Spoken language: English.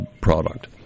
product